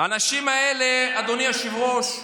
האנשים האלה, אדוני היושב-ראש,